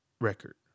record